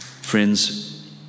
Friends